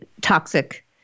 toxic